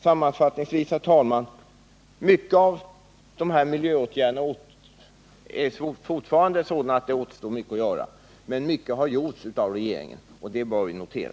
Sammanfattningsvis, herr talman, vill jag säga att det fortfarande återstår mycket att göra när det gäller dessa miljöåtgärder men att också mycket har gjorts i regeringen i det avseendet. Det bör vi notera.